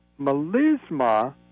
Melisma